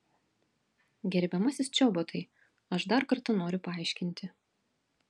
gerbiamasis čobotai aš dar kartą noriu paaiškinti